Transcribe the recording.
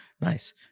Nice